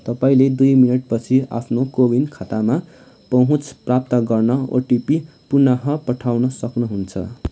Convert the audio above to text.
तपाईँँले दुई मिनट पछि आफ्नो कोविन खातामा पहुँच प्राप्त गर्न ओटिपी पुन पठाउन सक्नुहुन्छ